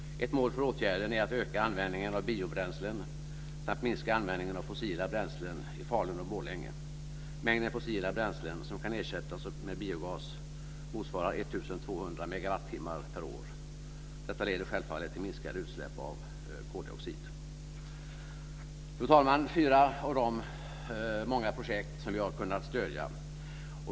Ett mål för åtgärden är att öka användningen av biobränslen samt minska användningen av fossila bränslen i Falun och Borlänge. Mängden fossila bränslen som kan ersättas med biogas motsvarar 1 200 megawattimmar per år. Detta leder självfallet till minskade utsläpp av koldioxid. Fru talman! Detta är fyra av de många projekt som vi har kunnat stödja.